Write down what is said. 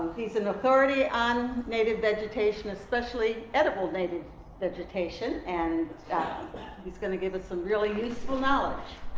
he's an authority on native vegetation, especially edible native vegetation. and yeah he's going to give us some really useful knowledge.